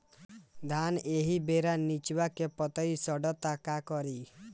धान एही बेरा निचवा के पतयी सड़ता का करी?